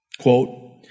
quote